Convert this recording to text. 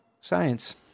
Science